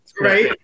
right